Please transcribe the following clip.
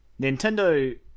Nintendo